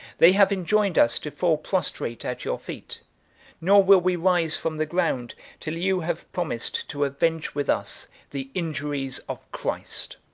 they have enjoined us to fall prostrate at your feet nor will we rise from the ground till you have promised to avenge with us the injuries of christ.